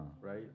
Right